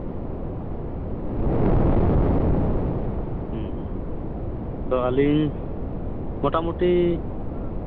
ᱛᱚ ᱟᱹᱞᱤᱧ ᱢᱚᱴᱟᱢᱩᱴᱤ